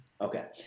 okay